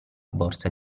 borsa